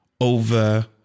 over